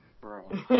Bro